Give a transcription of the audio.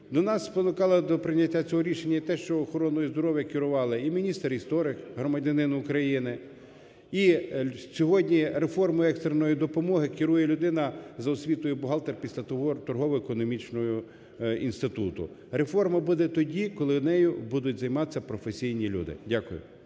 Нас спонукало до прийняття цього рішення і те, що охороною здоров'я керувала і міністр-історик громадянин України, і сьогодні реформами екстреної допомоги керує людина за освітою бухгалтер після Торгово-економічного інституту. Реформа буде тоді, коли нею будуть займатися професійні люди. Дякую.